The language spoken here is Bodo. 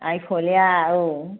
आइफवालिया औ